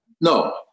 No